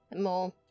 more